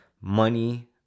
money